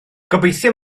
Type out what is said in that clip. gobeithio